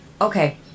Okay